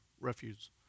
refuse